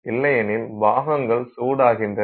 இல்லையெனில் பாகங்கள் சூடாகின்றன